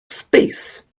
space